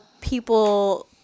people